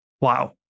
wow